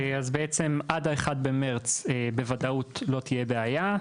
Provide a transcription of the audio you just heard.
אז בעצם עד ה-1 במרץ בוודאות לא תהיה בעיה.